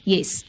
Yes